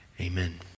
amen